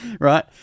right